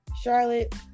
Charlotte